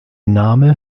name